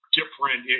different